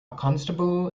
constable